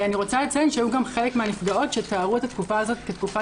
אני רוצה לציין שהיו גם חלק מהנפגעות שתיארו את התקופה הזאת כתקופה